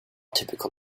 typical